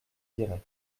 direct